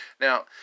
Now